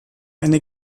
eine